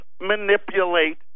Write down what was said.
manipulate